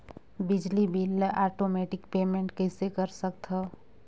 बिजली बिल ल automatic payment कइसे कर सकथव?